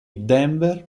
denver